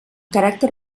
caràcter